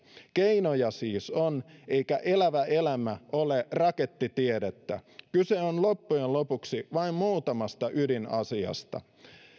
keinoja siis on eikä elävä elämä ole rakettitiedettä kyse on loppujen lopuksi vain muutamasta ydinasiasta